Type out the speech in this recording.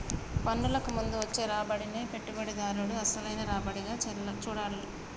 పన్నులకు ముందు వచ్చే రాబడినే పెట్టుబడిదారుడు అసలైన రాబడిగా చూడాల్ల